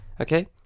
okay